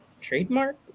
trademark